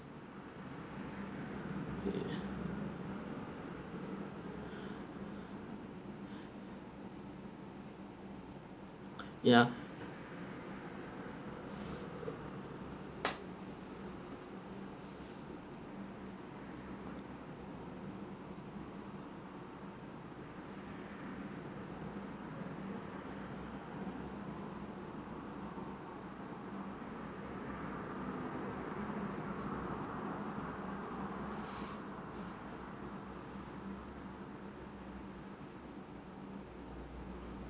ya